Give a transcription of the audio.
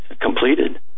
completed